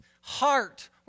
heart